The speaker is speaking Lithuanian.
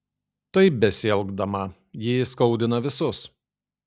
taip besielgdama ji įskaudina visus